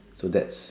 so that's